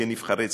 נבחרי הציבור.